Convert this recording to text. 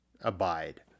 abide